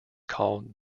called